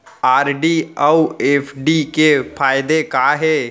RD अऊ FD के फायेदा का हे?